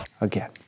again